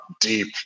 deep